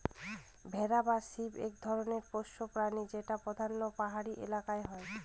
ভেড়া বা শিপ এক ধরনের পোষ্য প্রাণী যেটা প্রধানত পাহাড়ি এলাকায় হয়